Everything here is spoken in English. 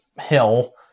hill